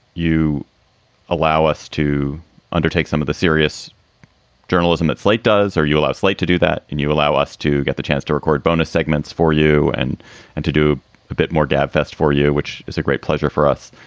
you allow us to undertake some of the serious journalism that slate does or you allow slate to do that and you allow us to get the chance to record bonus segments for you. and and to do a bit more dab fest for you, which is a great pleasure for us.